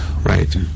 Right